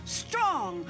strong